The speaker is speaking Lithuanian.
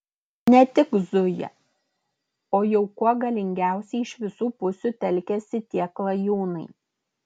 ne tik zuja o jau kuo galingiausiai iš visų pusių telkiasi tie klajūnai